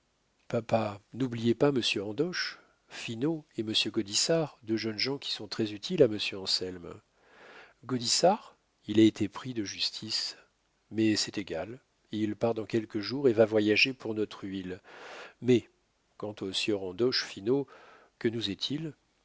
papa n'oubliez pas monsieur andoche finot et monsieur gaudissart deux jeunes gens qui sont très utiles à monsieur anselme gaudissart il a été pris de justice mais c'est égal il part dans quelques jours et va voyager pour notre huile mets quant au sieur andoche finot que nous est-il